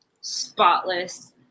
spotless